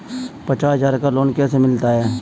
पचास हज़ार का लोन कैसे मिलता है?